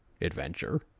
adventure